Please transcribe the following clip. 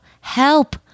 Help